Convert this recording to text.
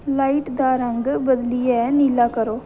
light दा रंग बदलियै नीला करो